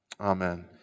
Amen